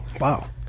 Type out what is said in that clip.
wow